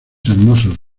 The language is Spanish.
hermosos